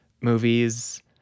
movies